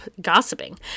gossiping